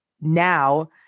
now